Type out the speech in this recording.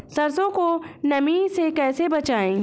सरसो को नमी से कैसे बचाएं?